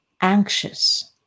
anxious